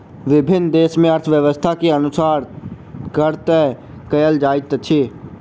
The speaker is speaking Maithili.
विभिन्न देस मे अर्थव्यवस्था के अनुसार कर तय कयल जाइत अछि